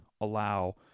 allow